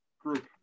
group